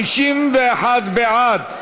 51 בעד,